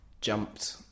jumped